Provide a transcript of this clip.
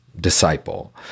disciple